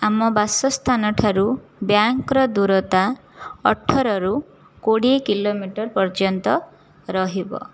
ଆମ ବାସସ୍ଥାନଠାରୁ ବ୍ୟାଙ୍କ୍ର ଦୂରତା ଅଠରରୁ କୋଡ଼ିଏ କିଲୋମିଟର ପର୍ଯ୍ୟନ୍ତ ରହିବ